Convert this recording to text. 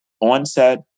onset